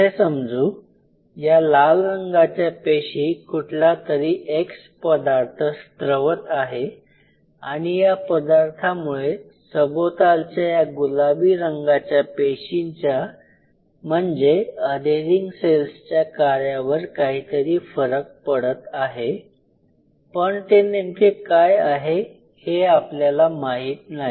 असे समजू या लाल रंगाच्या पेशी कुठलातरी "x" पदार्थ स्त्रवत आहे आणि या पदार्थामुळे सभोवतालच्या या गुलाबी रंगाच्या पेशींच्या म्हणजेच अधेरिंग सेल्सच्या कार्यावर काहीतरी फरक पडत आहे पण ते नेमके काय हे आपल्याला माहित नाही